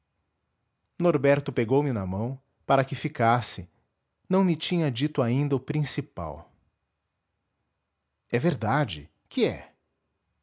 norberto pegou-me na mão para que ficasse não me tinha dito ainda o principal é verdade que é